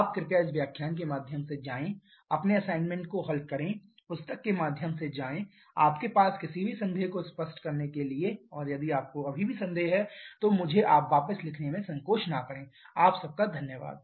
आप कृपया इस व्याख्यान के माध्यम से जाएं अपने असाइनमेंट को हल करें पुस्तकों के माध्यम से जाएं आपके पास किसी भी संदेह को स्पष्ट करने के लिए और यदि आपको अभी भी संदेह है तो मुझे वापस लिखने में संकोच न करें आप सबका धन्यवाद